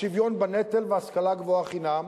השוויון בנטל, והשכלה גבוהה, חינם.